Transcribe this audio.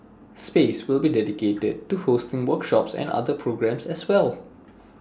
space will be dedicated to hosting workshops and other programmes as well